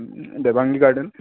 Debangi garden